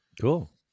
Cool